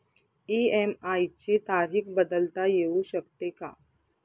EMI ची तारीख बदलता येऊ शकते का?